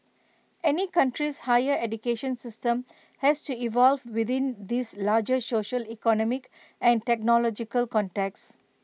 any country's higher education system has to evolve within these larger social economic and technological contexts